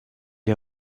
est